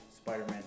Spider-Man